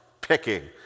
picking